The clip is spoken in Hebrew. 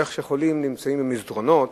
איך חולים נמצאים במסדרונות,